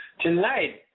Tonight